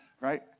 Right